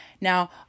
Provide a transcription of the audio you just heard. now